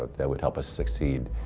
that would help us succeed,